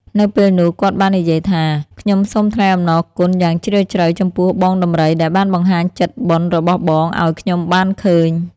នៅពេលនោះគាត់បាននិយាយថា“ខ្ញុំសូមថ្លែងអំណរគុណយ៉ាងជ្រាលជ្រៅចំពោះ បងដំរីដែលបានបង្ហាញចិត្តបុណ្យរបស់បងឱ្យខ្ញុំបានឃើញ ។